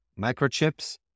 microchips